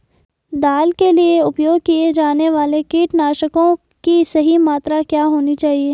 दाल के लिए उपयोग किए जाने वाले कीटनाशकों की सही मात्रा क्या होनी चाहिए?